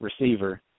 receiver